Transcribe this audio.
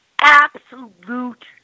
Absolute